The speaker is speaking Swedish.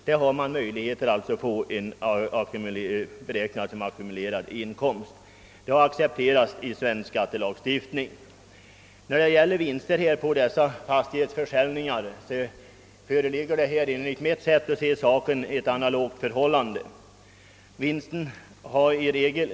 I svensk skattelagstiftning har accepterats principen att en sådan inkomst skall kunna beräknas såsom ackumulerad inkomst. I fråga om vinster som uppkommit vid dessa fastighetsförsäljningar föreligger enligt mitt sätt att se ett analogt förhållande.